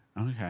Okay